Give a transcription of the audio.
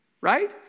Right